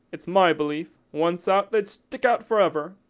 it's my belief, once out, they'd stick out for ever.